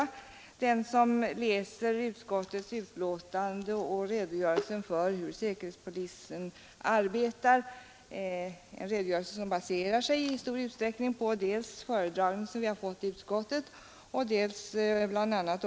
Den Onsdagen den som läser utskottets betänkande och redogörelsen för hur säkerhetspoli 7 mars 1973 sen bedriver sin verksamhet — en redogörelse som i stor utsträckning baserar sig på dels den föredragning vi har fått i utskottet dels bl.a.